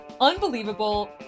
unbelievable